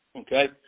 Okay